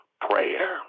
prayer